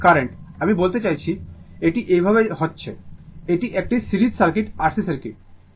এবং এই কারেন্ট আমি বলতে চাইছি এটি এইভাবে প্রবাহিত হচ্ছে এটি একটি series circuit R C circuit